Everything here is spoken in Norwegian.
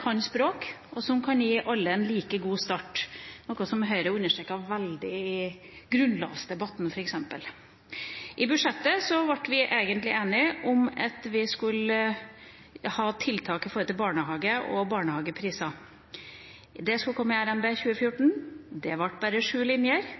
kan språk, og som kan gi alle en like god start. Det er noe som Høyre understreket veldig i grunnlovsdebatten f.eks. I budsjettet ble vi egentlig enige om at vi skulle ha tiltak knyttet til barnehage og barnehagepriser. Det skulle komme i revidert nasjonalbudsjett for 2014, men det ble bare sju linjer.